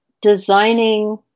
designing